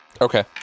Okay